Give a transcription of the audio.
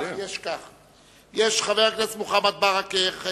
יש חברי הכנסת מוחמד ברכה,